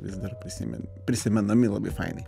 vis dar prisimen prisimenami labai fainai